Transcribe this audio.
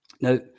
Now